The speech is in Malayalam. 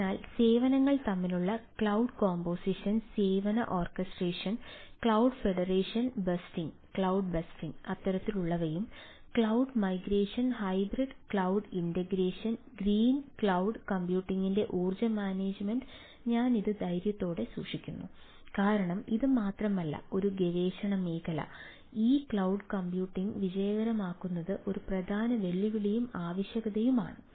അതിനാൽ സേവനങ്ങൾ തമ്മിലുള്ള ക്ലൌഡ് കോമ്പോസിഷൻ സേവന ഓർക്കസ്ട്രേഷൻ ക്ലൌഡ് ഫെഡറേഷൻ ബസ്റ്റിംഗ് ക്ലൌഡ്ബസ്റ്റിംഗും അത്തരത്തിലുള്ളവയും cloud migration hybrid cloud integration green cloud കമ്പ്യൂട്ടിംഗിന്റെ ഊർജ്ജ മാനേജുമെന്റ് ഞാൻ ഇത് ധൈര്യത്തോടെ സൂക്ഷിച്ചു കാരണം ഇത് മാത്രമല്ല ഒരു ഗവേഷണ മേഖല ഈ ക്ലൌഡ് കമ്പ്യൂട്ടിംഗ് വിജയകരമാക്കുന്നത് ഒരു പ്രധാന വെല്ലുവിളിയും ആവശ്യകതയുമാണ്